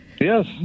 Yes